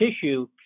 tissue